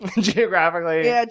geographically